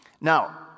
Now